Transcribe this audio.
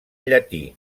llatí